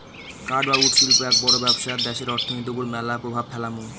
কাঠ বা উড শিল্প এক বড় ব্যবসা দ্যাশের অর্থনীতির ওপর ম্যালা প্রভাব ফেলামু